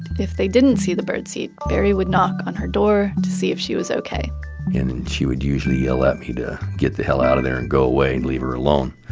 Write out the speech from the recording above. if they didn't see the bird seed, barry would knock on her door to see if she was okay. and and she would usually yell at me to get the hell out of there and go away and leave her alone.